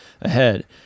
ahead